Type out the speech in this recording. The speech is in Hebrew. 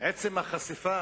עצם החשיפה